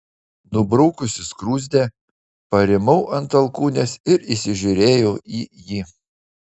nubraukusi skruzdę parimau ant alkūnės ir įsižiūrėjau į jį